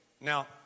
Now